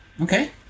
Okay